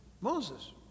Moses